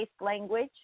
language